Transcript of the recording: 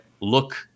look